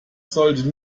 sollte